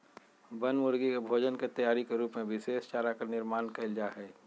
बनमुर्गी के भोजन के तैयारी के रूप में विशेष चारा के निर्माण कइल जाहई